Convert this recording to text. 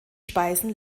speisen